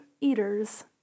eaters